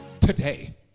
today